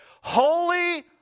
holy